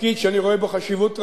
תפקיד שאני רואה בו חשיבות רבה.